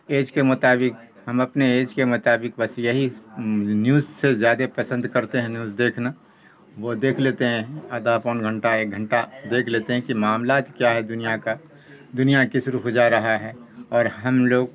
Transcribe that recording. age کے مطابق ہم اپنے ایج کے مطابق بس یہی نیوز سے زیادہ پسند کرتے ہیں نیوز دیکھنا وہ دیکھ لیتے ہیں آدھا پون گھنٹہ ایک گھنٹہ دیکھ لیتے ہیں کہ معاملات کیا ہے دنیا کا دنیا کس رخ جا رہا ہے اور ہم لوگ